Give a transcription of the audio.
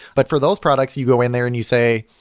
but for those products, you go in there and you say,